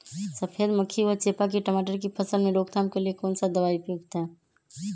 सफेद मक्खी व चेपा की टमाटर की फसल में रोकथाम के लिए कौन सा दवा उपयुक्त है?